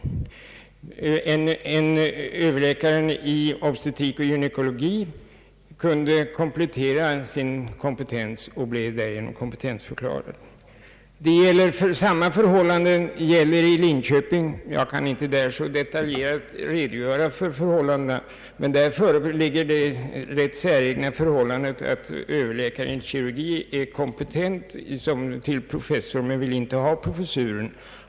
Överläkaren i obstetrik och gynekologi kunde komplettera sin utbildning och blev därigenom kompetensförklarad. Samma förhållande gäller i Linköping. Jag kan inte så detaljerat redogöra för situationen, men där föreligger det säregna förhållandet att överläkaren i kirurgi är kompetent till professur men vill inte ha professuren.